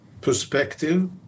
perspective